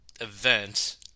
event